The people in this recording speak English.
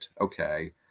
Okay